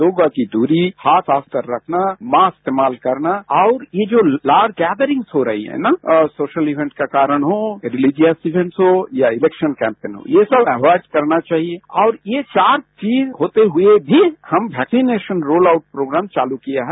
दो गज की दूरी हाथ साफ रखना मास्क इस्तेमाल करना और ये जो लार्ज गेदरिंग्स हो रही है न सोशल इवेंट के कारण हो रिलीजियस इवेंट हो या इलेक्शन कैंपेन ये सब अवॉइड करना चाहिए ये चार चीज होते हुए भी हम वैक्सीनेशन रोल आउट प्रोग्राम चालू किया है